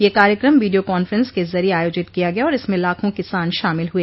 यह कार्यक्रम video conference के जरिये आयोजित किया गया और इसमें लाखों किसान शामिल हुए